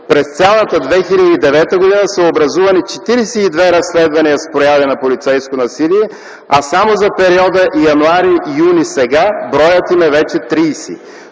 През цялата 2009 г. са образувани 42 разследвания с прояви на полицейско насилие, а само за периода януари-юни, сега броят им е вече 30.